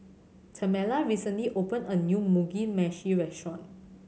Tamela recently opened a new Mugi Meshi restaurant